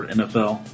nfl